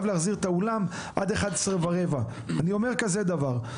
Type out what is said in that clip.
להחזיר את האולם עד 11:15. אני אומר כזה דבר,